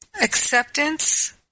acceptance